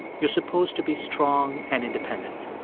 you're supposed to be strong and independent.